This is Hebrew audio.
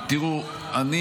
תראו, אני